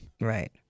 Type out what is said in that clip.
Right